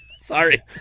Sorry